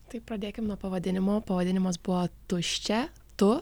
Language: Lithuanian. tai pradėkim nuo pavadinimo pavadinimas buvo tuščia tu